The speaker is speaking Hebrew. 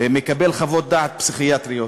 מקבל חוות דעת פסיכיאטריות,